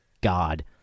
god